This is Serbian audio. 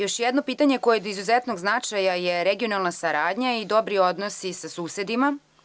Još jedno pitanje koje je od izuzetnog značaja je regionalna saradnja i dobri odnosi sa susedima.